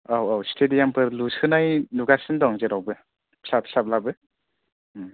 औ औ स्टेडियामफोर लुसोनाय नुगासिनो दं जेरावबो फिसा फिसाब्लाबो